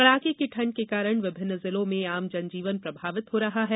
कड़ाके की ठंड के कारण विभिन्न जिलों में आम जनजीवन प्रभावित हो रहा है